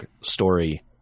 story